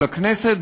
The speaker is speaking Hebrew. לכנסת,